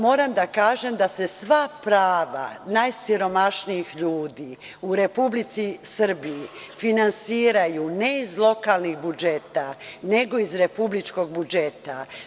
Moram da kažem da se sva prava najsiromašnijih ljudi u Republici Srbiji finansiraju ne iz lokalnih budžeta, nego iz republičkog budžeta.